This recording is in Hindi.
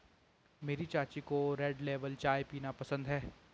मेरी चाची को रेड लेबल चाय पीना पसंद है